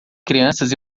crianças